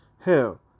Hell